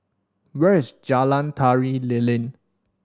where is Jalan Tari Lilin